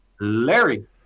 Larry